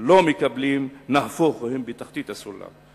לא מקבלים, נהפוך הוא, הם בתחתית הסולם.